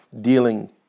dealing